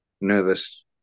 nervous